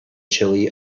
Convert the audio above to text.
chile